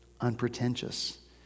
unpretentious